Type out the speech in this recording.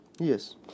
Yes